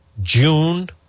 June